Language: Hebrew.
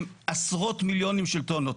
הם עשרות מיליונים של טונות,